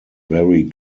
very